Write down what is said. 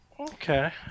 Okay